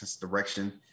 direction